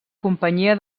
companyia